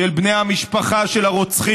של בני המשפחה של הרוצחים,